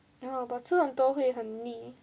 ya but 吃很多会很腻